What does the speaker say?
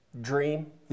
dream